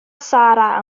sara